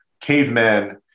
cavemen